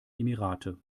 emirate